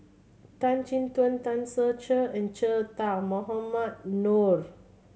Tan Chin Tuan Tan Ser Cher and Che Dah Mohamed Noorth